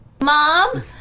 Mom